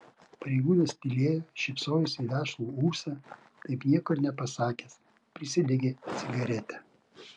pareigūnas tylėjo šypsojosi į vešlų ūsą taip nieko ir nepasakęs prisidegė cigaretę